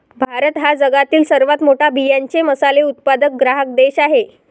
भारत हा जगातील सर्वात मोठा बियांचे मसाले उत्पादक ग्राहक देश आहे